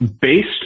Based